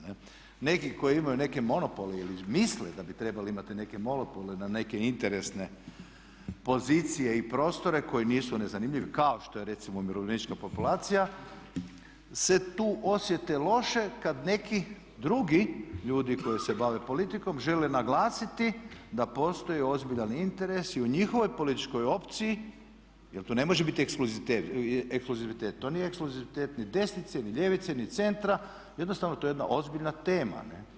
Neki koji imaju neke monopole ili izmisle da bi trebali imati neke monopole na neke interesne pozicije i prostore koji nisu nezanimljivi kao što je recimo umirovljenička populacija se tu osjete loše kada neki drugi ljudi koji se bave politikom žele naglasiti da postoji ozbiljan interes i u njihovoj političkoj opciji, jer to ne može biti ekskluzivitet, to nije ekskluzivitet ni desnice, ni ljevice, ni centra, jednostavno to je jedna ozbiljna tema.